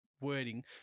wording